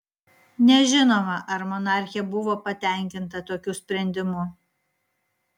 nežinoma ar monarchė buvo patenkinta tokiu sprendimu